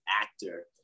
actor